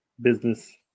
business